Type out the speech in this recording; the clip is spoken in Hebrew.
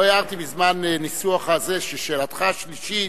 לא הערתי בזמן הניסוח, ששאלתך השלישית